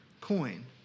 coin